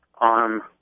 on